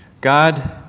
God